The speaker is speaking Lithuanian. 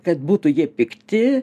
kad būtų jie pikti